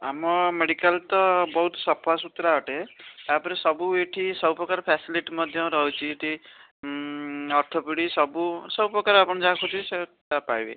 ଆମ ମେଡ଼ିକାଲ ତ ବହୁତ ସଫାସୁତୁରା ଅଟେ ତା'ପରେ ସବୁ ଏଠି ସବୁ ପ୍ରକାର ଫ୍ୟାସିଲିଟି ମଧ୍ୟ ରହିଛି ଏଠି ଅର୍ଥପେଡ଼ିକ୍ ସବୁ ସବୁ ପ୍ରକାର ଆପଣ ଯାହା ଖୋଜିବେ ସେଇ ତାହା ପାଇବେ